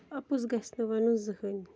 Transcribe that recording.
اَپُز گژھِ نہٕ وَنُن زٕہٕنٛۍ